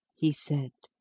he said,